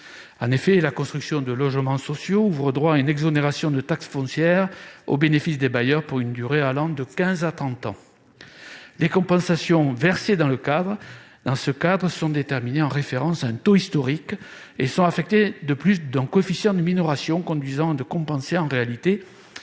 En effet, elle ouvre droit à une exonération de taxe foncière au bénéfice des bailleurs pour une durée allant de quinze à trente ans. Les compensations versées dans ce cadre sont déterminées en référence à un taux historique et sont affectées d'un coefficient de minoration conduisant à ne compenser en réalité que 7